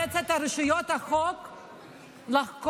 אנחנו נאלץ את רשויות החוק לחקור,